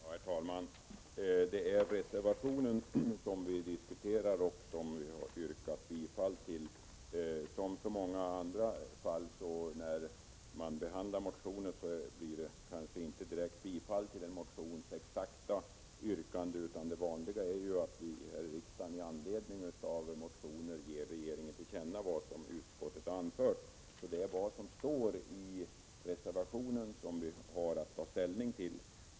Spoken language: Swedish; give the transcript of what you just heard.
Herr talman! Det är reservationen som vi diskuterar och som vi har yrkat bifall till. Som i många andra fall när man behandlar motioner blir det kanske inte ett direkt bifall till motionens exakta yrkande, utan det vanliga är att yrkandet gäller att med anledning av motionen ge regeringen till känna vad som har anförts. Det är alltså vad som står i reservationen som vi har att ta ställning till.